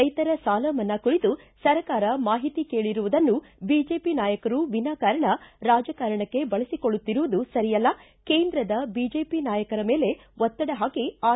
ರೈಶರ ಸಾಲಮನ್ನಾ ಕುರಿತು ಸರ್ಕಾರ ಮಾಹಿತಿ ಕೇಳಿರುವುದನ್ನು ಬಿಜೆಪಿ ನಾಯಕರು ವಿನಾಕಾರಣ ರಾಜಕಾರಣಕ್ಕೆ ಬಳಸಿಕೊಳ್ಳುತ್ತಿರುವುದು ಸರಿಯಲ್ಲ ಕೇಂದ್ರದ ಬಿಜೆಪಿ ನಾಯಕರ ಮೇಲೆ ಒತ್ತಡ ಹಾಕಿ ಆರ್